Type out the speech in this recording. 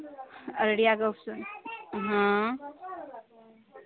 अररिया हँ